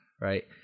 right